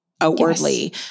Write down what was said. outwardly